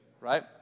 right